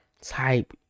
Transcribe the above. type